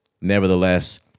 nevertheless